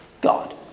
God